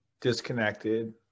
disconnected